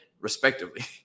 respectively